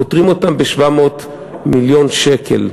פוטרים אותה ב-700 מיליון שקל.